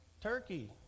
Turkey